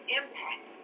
impact